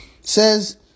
Says